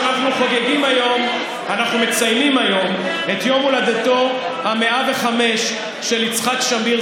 אנחנו מציינים היום את יום הולדתו ה-105 של יצחק שמיר,